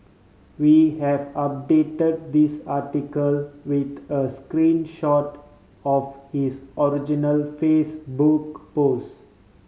we have update this article with a screen shot of his original Facebook pose